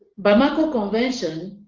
bamako convention